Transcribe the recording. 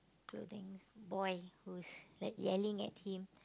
clothings boy who's like yelling at him